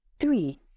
three